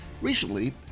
Recently